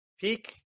peak